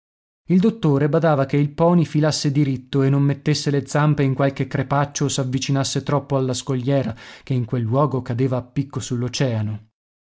il dottore badava che il poney filasse diritto e non mettesse le zampe in qualche crepaccio o s'avvicinasse troppo alla scogliera che in quel luogo cadeva a picco